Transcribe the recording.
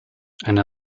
eine